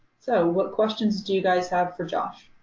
so what questions do you guys have for josh?